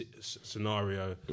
scenario